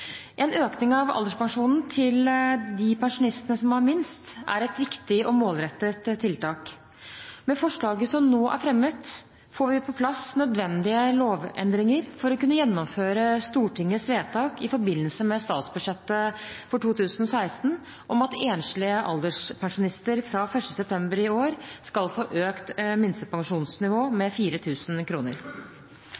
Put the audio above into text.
En økning av alderspensjonen til de pensjonistene som har minst, er et viktig og målrettet tiltak. Med forslaget som nå er fremmet, får vi på plass nødvendige lovendringer for å kunne gjennomføre Stortingets vedtak i forbindelse med statsbudsjettet for 2016 om at enslige alderspensjonister fra 1. september i år skal få økt